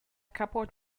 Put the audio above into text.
cupboard